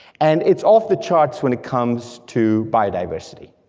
and it's off the charts when it comes to biodiversity.